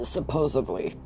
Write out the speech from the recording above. Supposedly